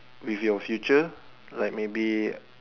with your future like maybe